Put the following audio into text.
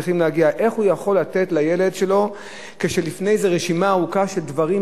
איך הוא יכול לתת לילד שלו כשלפני זה יש רשימה ארוכה של דברים,